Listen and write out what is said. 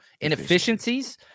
inefficiencies